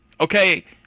Okay